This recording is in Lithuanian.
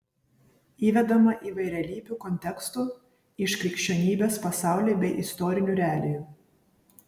įvedama įvairialypių kontekstų iš krikščionybės pasaulio bei istorinių realijų